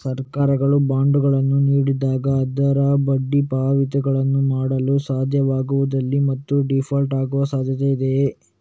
ಸರ್ಕಾರಗಳು ಬಾಂಡುಗಳನ್ನು ನೀಡಿದಾಗ, ಅವರು ಬಡ್ಡಿ ಪಾವತಿಗಳನ್ನು ಮಾಡಲು ಸಾಧ್ಯವಾಗುವುದಿಲ್ಲ ಮತ್ತು ಡೀಫಾಲ್ಟ್ ಆಗುವ ಸಾಧ್ಯತೆಯಿದೆ